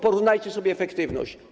Porównajcie sobie efektywność.